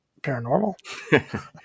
paranormal